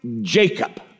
Jacob